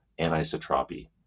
anisotropy